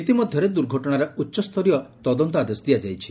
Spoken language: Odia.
ଇତି ମଧ୍ଧରେ ଦୁର୍ଘଟରାର ଉଚ୍ଚସ୍ତରୀୟ ତଦନ୍ତ ଆଦେଶ ଦିଆଯାଇଛି